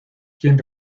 quien